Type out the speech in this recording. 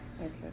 okay